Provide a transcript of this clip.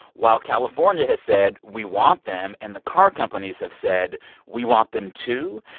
while california has said we want them, and the car companies have said we want them, too.